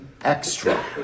extra